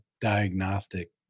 diagnostic